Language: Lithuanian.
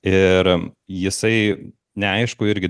ir jisai neaišku irgi